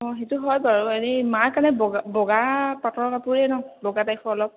অ সেইটো হয় বাৰু আৰু মাৰ কাৰণে ব বগা পাটৰ কাপোৰেই ল'ম বগা টাইপৰ অলপ